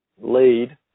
lead